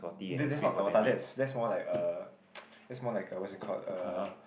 that that's what tabata that's that's more like a that's more like a what's that called uh